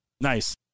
Nice